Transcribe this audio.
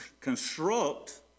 construct